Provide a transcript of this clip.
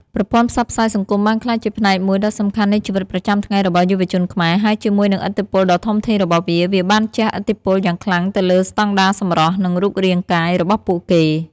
ប្រព័ន្ធផ្សព្វផ្សាយសង្គមបានក្លាយជាផ្នែកមួយដ៏សំខាន់នៃជីវិតប្រចាំថ្ងៃរបស់យុវជនខ្មែរ ហើយជាមួយនឹងឥទ្ធិពលដ៏ធំធេងរបស់វា វាបានជះឥទ្ធិពលយ៉ាងខ្លាំងទៅលើ ស្តង់ដារសម្រស់ និងរូបរាងកាយ របស់ពួកគេ។